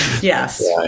Yes